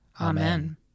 Amen